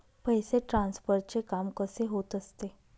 पैसे ट्रान्सफरचे काम कसे होत असते?